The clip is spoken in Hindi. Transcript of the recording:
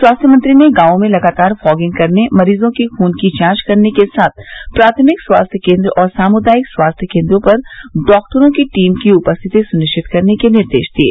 स्वास्थ्य मंत्री ने गांवों में लगातार फॉगिंग करने मरीजों की खुन की जांच करने के साथ प्राथमिक स्वास्थ्य केन्द्र और सामुदायिक स्वास्थ्य केन्द्रों पर डॉक्टरों की टीम की उपस्थिति सुनिश्चित करने के निर्देश दिये